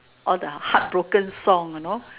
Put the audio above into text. all the heartbroken song on nor